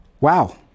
Wow